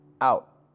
out